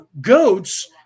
goats